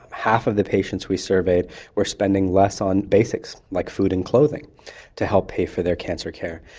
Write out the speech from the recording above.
half of the patients we surveyed were spending less on basics like food and clothing to help pay for their cancer care.